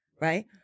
Right